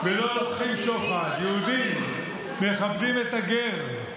יהודים מכבדים את הגר.